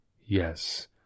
Yes